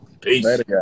Peace